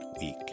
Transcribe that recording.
week